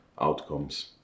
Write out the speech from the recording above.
outcomes